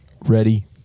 ready